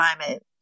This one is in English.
climate